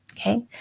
Okay